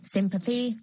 Sympathy